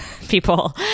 people